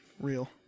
real